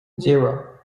zero